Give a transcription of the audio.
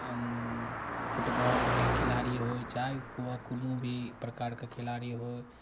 फुटबॉलके खिलाड़ी होय चाहे ओ कोनो भी प्रकारके खिलाड़ी होय